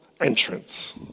entrance